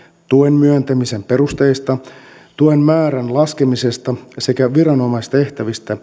tuen myöntämisen perusteista tuen määrän laskemisesta sekä viranomaistehtävistä